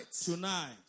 Tonight